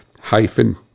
hyphen